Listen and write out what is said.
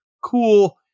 cool